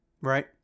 Right